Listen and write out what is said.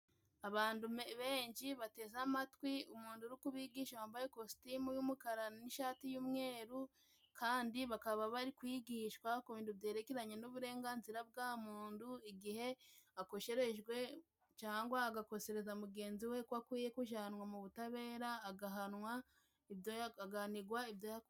Abantu benshi bateze amatwi umuntu uri kubigisha wambaye kositimu y'umukara n'ishati y'mweru kandi bakaba bari kwigishwa ku bintu byerekeranye n'uburenganzira bwa muntu igihe yakosherejwe cyangwa agakosereza mugenzi we ko akwiye kujanwa mu butabera, agahanwa, agahanigwa ibyo yakoze.